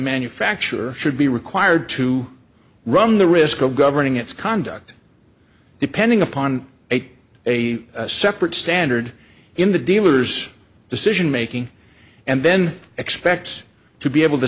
manufacturer should be required to run the risk of governing its conduct depending upon ate a separate standard in the dealer's decision making and then expects to be able to